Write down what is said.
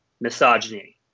misogyny